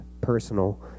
personal